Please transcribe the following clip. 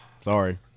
Sorry